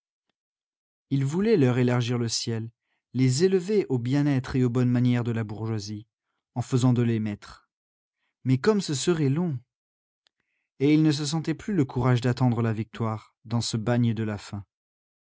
il voulait leur élargir le ciel les élever au bien-être et aux bonnes manières de la bourgeoisie en faisant d'eux les maîtres mais comme ce serait long et il ne se sentait plus le courage d'attendre la victoire dans ce bagne de la faim